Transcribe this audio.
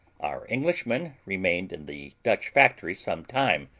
our englishman remained in the dutch factory some time,